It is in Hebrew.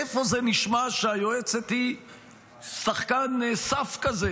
איפה נשמע שהיועצת היא שחקן סף כזה,